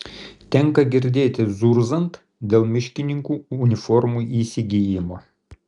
tenka girdėti zurzant dėl miškininkų uniformų įsigijimo